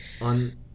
on